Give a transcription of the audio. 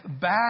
back